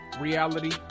Reality